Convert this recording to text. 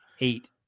eight